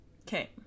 Okay